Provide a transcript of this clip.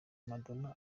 madonna